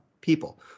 People